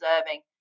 observing